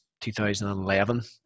2011